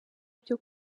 byo